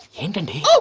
entertain